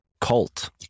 cult